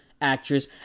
actress